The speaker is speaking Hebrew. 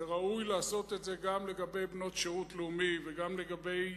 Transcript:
וראוי לעשות את זה גם לגבי בנות שירות לאומי וגם לגבי